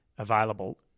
available